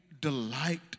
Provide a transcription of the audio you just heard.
delight